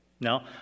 No